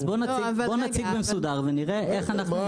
בוא נציג במסודר ונראה איך אנחנו מטיבים עם הציבור.